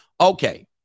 Okay